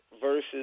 Versus